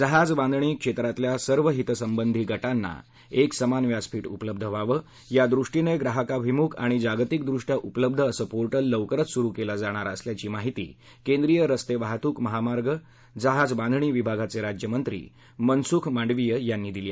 जहाज बांधणी क्षेत्रातल्या सर्व हितसंबंधी गटांना एक समान व्यासपीठ उपलब्ध व्हावे या दृष्टीने ग्राहकाभिमुख आणि जागतिकटृष्ट्या उपलब्ध असे पोर्टल लवकरच सुरु केले जाणार आहे अशी माहिती केंद्रीय रस्ते वाहतूक महामार्ग जहाज बांधणी विभागाचे राज्यमंत्री मनसुख मांडवीय यांनी दिली